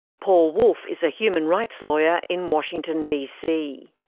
paul wolf is a human rights lawyer in washington dc.